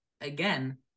again